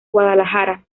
guadalajara